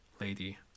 lady